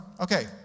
okay